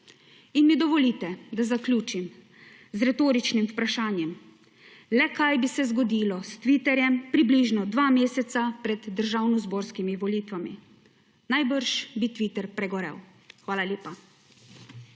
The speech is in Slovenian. In mi dovolite, da zaključim z retoričnim vprašanjem. Le kaj bi se zgodilo s Twitterjem približno dva meseca pred državnozborskimi volitvami? Najbrž bi Twitter pregorel. Hvala lepa.